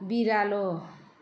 बिरालो